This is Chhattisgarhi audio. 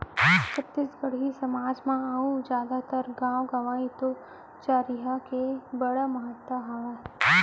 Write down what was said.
छत्तीसगढ़ी समाज म अउ जादातर गॉंव गँवई तो चरिहा के बड़ महत्ता हावय